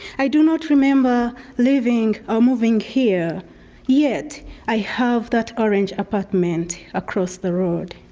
i do not remember living or moving here yet i have that orange apartment across the road.